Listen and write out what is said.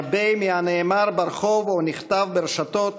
הרבה מהנאמר ברחוב או נכתב ברשתות